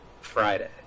Friday